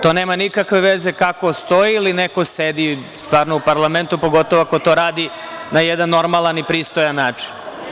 To nema nikakve veze kako stoji ili neko sedi, stvarno, u parlamentu, pogotovo ako to radi na jedan normalan i pristojan način.